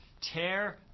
Tear